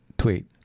Tweet